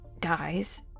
dies